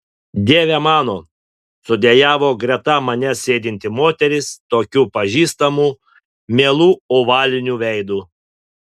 dieve mano sudejavo greta manęs sėdinti moteris tokiu pažįstamu mielu ovaliniu veidu